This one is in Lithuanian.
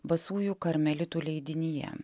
basųjų karmelitų leidinyje